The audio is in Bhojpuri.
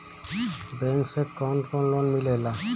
बैंक से कौन कौन लोन मिलेला?